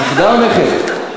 נכדה או נכד?